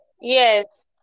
Yes